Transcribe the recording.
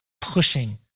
Pushing